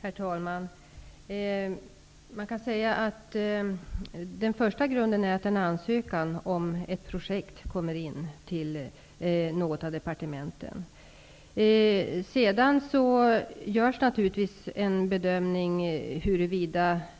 Herr talman! Man kan säga att den första grunden är att en ansökan om ett projekt kommer in till något av departementen. Sedan görs det naturligtvis en bedömning av huruvida frågan